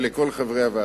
ולכל חברי הוועדה.